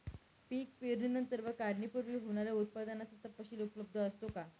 पीक पेरणीनंतर व काढणीपूर्वी होणाऱ्या उत्पादनाचा तपशील उपलब्ध असतो का?